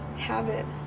have it